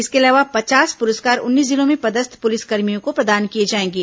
इसके अलावा पचास पुरस्कार उन्नीस जिलों में पदस्थ पुलिसकर्मियों को प्रदान किए जाएंगे